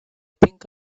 think